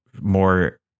more